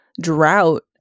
drought